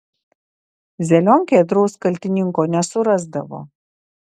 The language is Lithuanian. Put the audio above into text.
zelionkė ėdraus kaltininko nesurasdavo